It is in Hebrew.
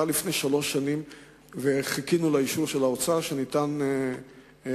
לפני שלוש שנים וחיכינו לאישור של האוצר שניתן לאחרונה,